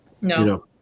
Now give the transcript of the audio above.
No